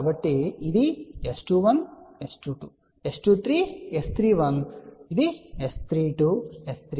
కాబట్టి ఇది S21 S22 S23 S31 S32 S33